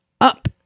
up